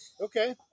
Okay